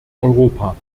europa